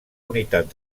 unitat